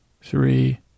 three